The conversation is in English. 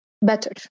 better